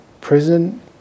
prison